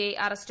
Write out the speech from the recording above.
I arrest